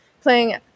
playing